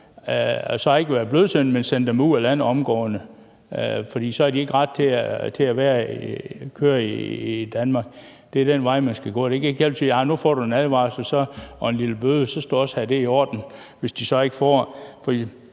reglerne, men sender dem ud af landet omgående, for så har de ikke ret til at køre i Danmark. Det er den vej, man skal gå. Det kan ikke hjælpe noget at sige, at nu får du en advarsel og en lille bøde, og så skal du også have det i orden, hvis de så ikke får